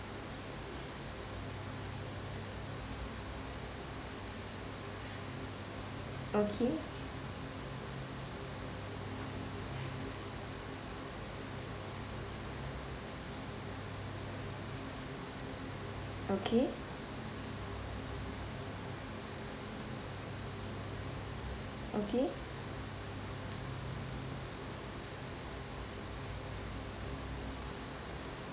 okay okay okay